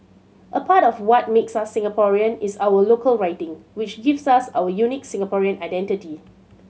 a part of what makes us Singaporean is our local writing which gives us our unique Singaporean identity